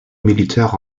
militaire